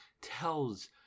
tells